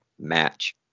match